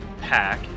pack